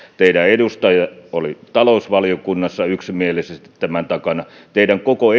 teidän edustajanne oli talousvaliokunnassa yksimielisesti tämän takana ja teidän koko